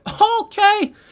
okay